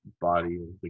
body